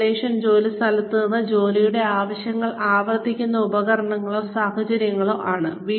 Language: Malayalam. സിമുലേഷനുകൾ ജോലിസ്ഥലത്ത് നിന്ന് ജോലിയുടെ ആവശ്യങ്ങൾ ആവർത്തിക്കുന്ന ഉപകരണങ്ങളോ സാഹചര്യങ്ങളോ ആണ്